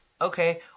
okay